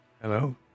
Hello